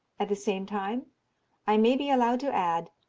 at the same time i may be allowed to add,